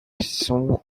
saw